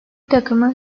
takımı